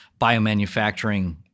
biomanufacturing